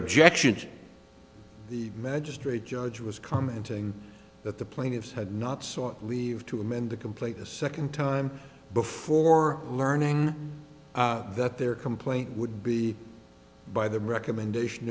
objections the magistrate judge was commenting that the plaintiffs had not sought leave to amend the complaint a second time before learning that their complaint would be by the recommendation